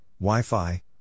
Wi-Fi